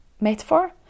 Metaphor